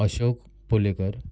Ashok Polekar